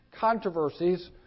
controversies